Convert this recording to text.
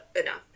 enough